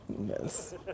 Yes